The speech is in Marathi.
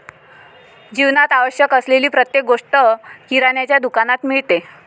जीवनात आवश्यक असलेली प्रत्येक गोष्ट किराण्याच्या दुकानात मिळते